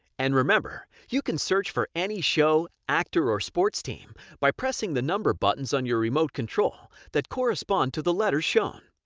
and remember, you can search for any show, actor or sports team by pressing the number buttons on your remote control that correspond to the letters shown.